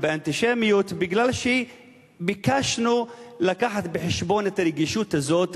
באנטישמיות בגלל שביקשנו לקחת בחשבון את הרגישות הזאת